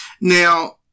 now